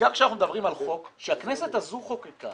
בעיקר שאנחנו מדברים על חוק שהכנסת הזו חוקקה